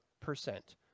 percent